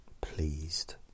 pleased